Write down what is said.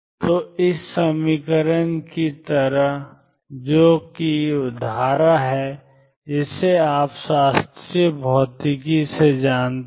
तोjx v×ψ की तरह है जो कि वह धारा है जिसे आप शास्त्रीय भौतिकी से जानते हैं